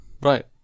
Right